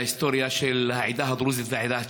ההיסטוריה של העדה הדרוזית והעדה צ'רקסית.